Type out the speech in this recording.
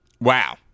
Wow